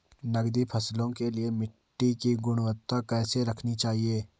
नकदी फसलों के लिए मिट्टी की गुणवत्ता कैसी रखनी चाहिए?